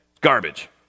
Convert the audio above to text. Garbage